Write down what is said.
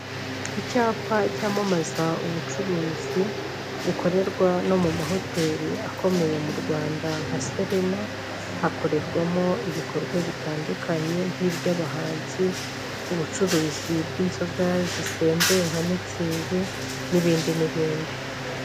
Icyapa cyamamaza ubucuruzi bukorerwa no mu mahoteri akomeye mu Rwanda nka Serena, hakorerwamo ibikorwa bitandukanye nk'iby'abahanzi, ubucuruzi bw'inzoga zisembuye nka mitsingi n'ibindi n'ibindi.